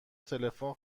تلفن